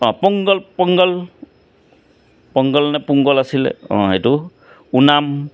অঁ পংগল পংগল পংগল নে পোংগল আছিলে অঁ এইটো ওনাম